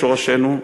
לשורשינו,